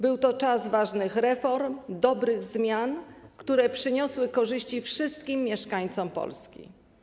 Był to czas ważnych reform, dobrych zmian, które przyniosły korzyści wszystkim mieszkańcom Polski.